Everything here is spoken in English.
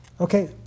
Okay